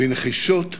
בנחישות ובאחריות,